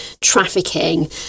trafficking